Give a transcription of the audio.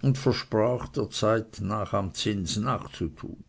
und versprach der zeit nach am zins nachzutun